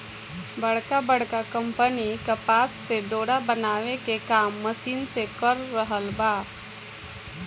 बड़का बड़का कंपनी कपास से डोरा बनावे के काम मशीन से कर रहल बा